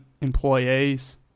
employees